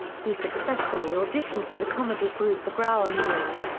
he successfully auditioned for the comedy group the groundlings,